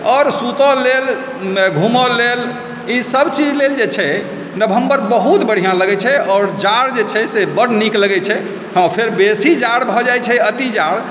आओर सुतै लेल घूमै लेल ई सब चीज लेल जे छै नवम्बर बहुत बढ़िआँ लागै छै आओर जाड़ जे छै से बड़ नीक लागै छै हँ फेर बेसी जाड़ भऽ जाइ छै अति जाड़